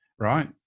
Right